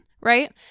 right